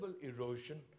erosion